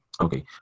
Okay